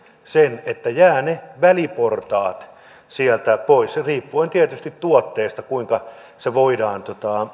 sen että ne väliportaat jäävät sieltä pois riippuen tietysti tuotteesta kuinka se voidaan